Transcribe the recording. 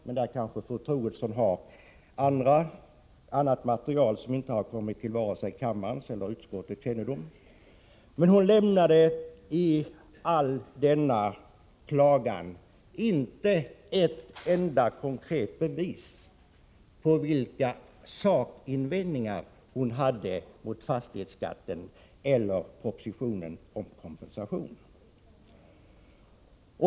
Men fru Troedsson kanske har material som inte har kommit till vare sig kammarens eller utskottets kännedom. Men hon lämnade i all denna klagan inte ett konkret bevis, hon anförde inte något exempel på vilka sakinvändningar hon hade mot fastighetsskatten eller propositionen om kompensation.